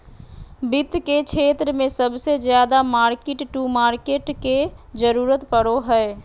वित्त के क्षेत्र मे सबसे ज्यादा मार्किट टू मार्केट के जरूरत पड़ो हय